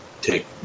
Take